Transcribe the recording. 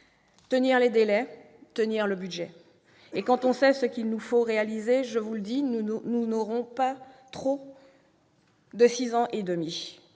tenir les délais ; respecter le budget. Et quand on sait ce qu'il nous faut réaliser, je vous le dis, nous n'aurons pas trop de six ans et demi